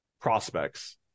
prospects